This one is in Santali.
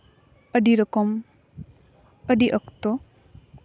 ᱟᱹᱰᱤ ᱨᱚᱠᱚᱢ ᱟᱹᱰᱤ ᱚᱠᱛᱚ